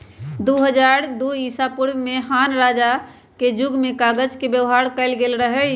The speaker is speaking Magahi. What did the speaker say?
दू हज़ार दू ईसापूर्व में हान रजा के जुग में कागज के व्यवहार कएल गेल रहइ